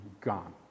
gone